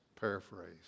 paraphrase